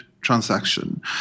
transaction